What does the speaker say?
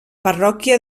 parròquia